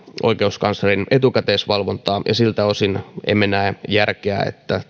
oikeuskanslerin etukäteisvalvontaa ja siltä osin emme näe järkeä että